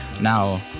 Now